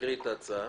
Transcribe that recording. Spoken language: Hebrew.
תקריאי את ההצעה.